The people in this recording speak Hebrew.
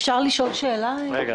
משרד הכלכלה